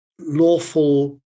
lawful